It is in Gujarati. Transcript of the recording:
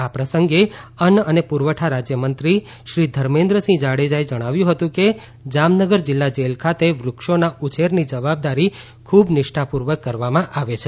આ પ્રસંગે અન્ન અને પુરવઠા રાજ્યમંત્રીશ્રી ધર્મેન્દ્રસિંહ જાડેજાએ જણાવ્યું હતું કે જામનગર જીલ્લા જેલ ખાતે વૃક્ષોના ઉછેરની જવાબદારી ખૂબ નિષ્ઠાપૂર્વક કરવામાં આવે છે